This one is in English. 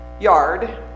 yard